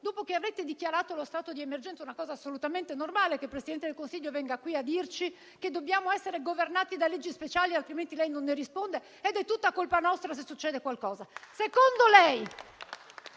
dopo che avrete dichiarato lo stato di emergenza (è una cosa assolutamente normale che il Presidente del Consiglio venga qui a dirci che dobbiamo essere governati da leggi speciali, altrimenti lei non ne risponde ed è tutta colpa nostra se succede qualcosa),